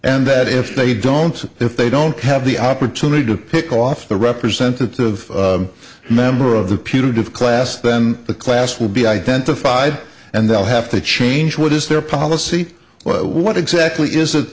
and that if they don't if they don't have the opportunity to pick off the representative of a member of the putative class then the class will be identified and they'll have to change what is their policy but what exactly is